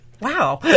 wow